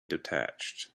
detached